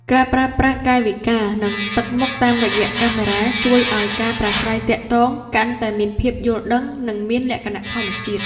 ការប្រើប្រាស់កាយវិការ និងទឹកមុខតាមរយៈកាមេរ៉ា ជួយឱ្យការប្រាស្រ័យទាក់ទងកាន់តែមានភាពយល់ដឹង និងមានលក្ខណៈធម្មជាតិ។